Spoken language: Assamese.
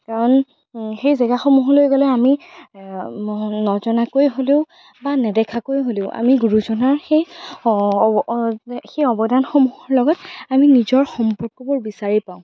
কাৰণ সেই জেগাসমূহলৈ গ'লে আমি নজনাকৈ হ'লেও বা নেদেখাকৈ হ'লেও আমি গুৰুজনাৰ সেই সেই অৱদানসমূহৰ লগত আমি নিজৰ সম্পৰ্কবোৰ বিচাৰি পাওঁ